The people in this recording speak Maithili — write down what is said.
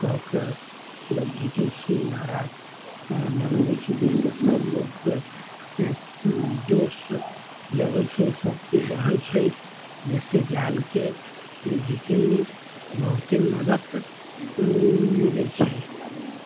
कऽ के लोग घीचै छियै नारा लगबै छी जैसे सब लोगके जोश जगै छै शक्ति बढ़ै छै जैसे जाल के घीचय मे बहुते मदद मिलय छै